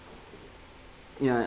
ya